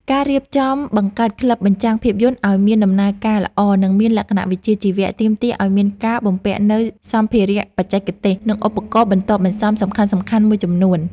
ការរៀបចំបង្កើតក្លឹបបញ្ចាំងភាពយន្តឱ្យមានដំណើរការល្អ និងមានលក្ខណៈវិជ្ជាជីវៈ ទាមទារឱ្យមានការបំពាក់នូវសម្ភារៈបច្ចេកទេស និងឧបករណ៍បន្ទាប់បន្សំសំខាន់ៗមួយចំនួន។